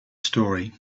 story